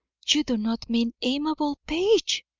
you do not mean amabel page!